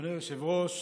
אדוני היושב-ראש,